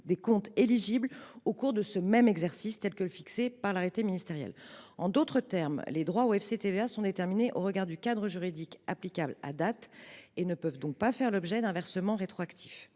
des comptes éligibles au cours de ce même exercice, ainsi que le prévoit un arrêté interministériel. En d’autres termes, les droits au FCTVA sont déterminés au regard du cadre juridique applicable à date et ne peuvent donc faire l’objet d’un versement rétroactif.